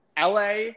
LA